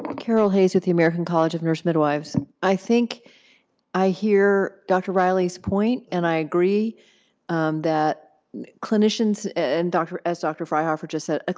carol hayes with the american college of nurse midwives. i think i hear dr. riley's point and i agree that clinicians, and as dr. fryhofer just said, ah